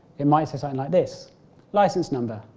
it might sound like this licence number,